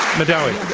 madawi?